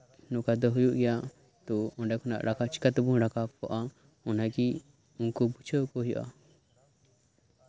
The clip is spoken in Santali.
ᱱᱚᱝᱠᱟ ᱫᱚ ᱦᱩᱭᱩᱜ ᱜᱮᱭᱟ ᱛᱳ ᱚᱱᱰᱮ ᱠᱷᱚᱱᱟᱜ ᱨᱟᱠᱟᱵᱽ ᱪᱤᱠᱟ ᱛᱮᱵᱚᱱ ᱨᱟᱠᱟᱵᱽ ᱠᱚᱜᱼᱟ ᱚᱱᱟᱜᱮ ᱩᱱᱠᱩ ᱵᱩᱡᱷᱟᱹᱣ ᱠᱚ ᱦᱩᱭᱩᱜᱼᱟ